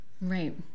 Right